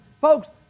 folks